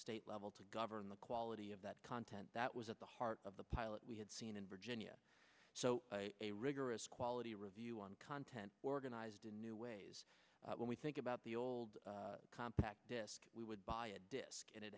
state level to govern the quality of that content that was at the heart of the pilot we had seen in virginia so a rigorous quality review on content organized in new ways when we think about the old compaq desk we would buy a disk